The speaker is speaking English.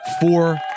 Four